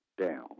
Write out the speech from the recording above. down